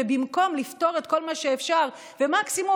במקום לפתור את כל מה שאפשר ומקסימום